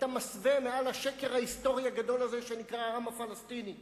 את המסווה מעל השקר ההיסטורי הגדול הזה שנקרא העם הפלסטיני.